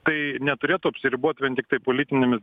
tai neturėtų apsiribot vien tiktai politinėmis